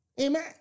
Amen